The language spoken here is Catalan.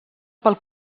pel